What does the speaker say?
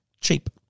cheap